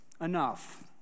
enough